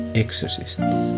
exorcists